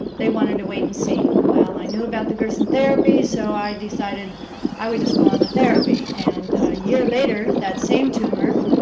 they wanted to wait and see. well, i knew about the gerson therapy, so i decided i would just go on the therapy. and a year later that same tumor,